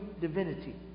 divinity